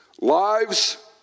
Lives